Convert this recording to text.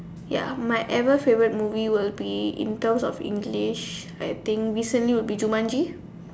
ya my ever favourite movie will be in terms of English I think recently would be Jumanji